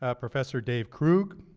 ah professor dave krug.